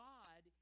God